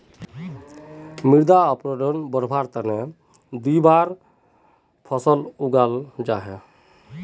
मृदा अपरदनक बढ़वार फ़सलक दिबार त न फसलक उगाल जा छेक